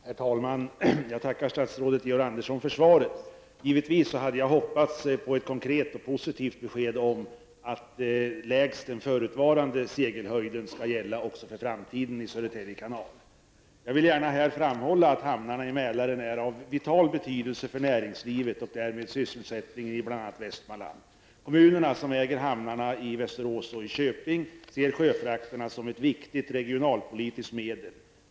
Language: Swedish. Herr talman! Jag tackar statsrådet Georg Andersson för svaret. Jag hade givetvis hoppats på ett konkret och positivt besked om att förutvarande lägsta segelhöjd i Södertälje kanal också skall gälla i framtiden. Jag vill gärna framhålla att hamnarna i Mälaren är av vital betydelse för näringslivet och därmed också för sysselsättningen i bl.a. Västmanland. Köping ser sjöfrakterna som ett viktigt regionalpolitiskt medel.